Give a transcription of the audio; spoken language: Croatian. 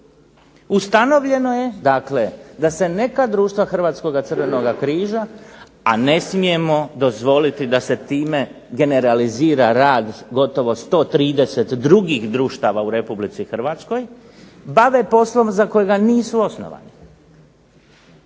Ustanovljeno je dakle da se neka društva Hrvatskoga crvenoga križa, a ne smijemo dozvoliti da se time generalizira rad gotovo 130 drugih društava u Republici Hrvatskoj, bave poslom za kojega nisu osnovani.